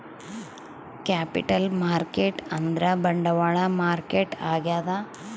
capital market ಅಂದ್ರ ಬಂಡವಾಳ ಮಾರುಕಟ್ಟೆ ಆಗ್ಯಾದ